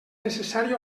necessari